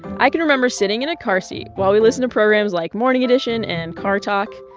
i can remember sitting in a car seat while we listened to programs like morning edition and car talk.